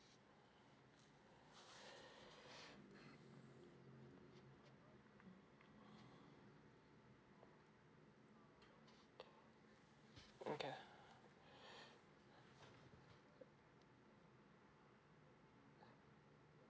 mm okay